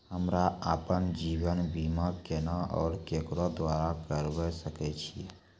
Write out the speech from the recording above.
हमरा आपन जीवन बीमा केना और केकरो द्वारा करबै सकै छिये?